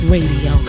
Radio